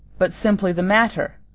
but simply the matter,